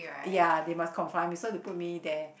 ya they must confine me so they put me there